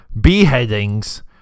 beheadings